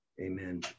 amen